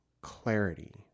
clarity